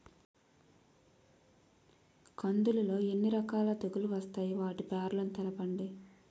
కందులు లో ఎన్ని రకాల తెగులు వస్తాయి? వాటి పేర్లను తెలపండి?